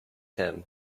him